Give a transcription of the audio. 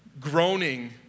groaning